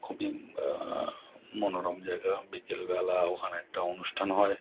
খুবই মনোরম জায়গা বিকেলবেলা ওখানে একটা অনুষ্ঠান হয়